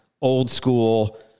old-school